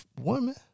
woman